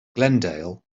glendale